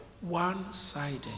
one-sided